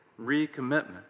recommitment